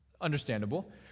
Understandable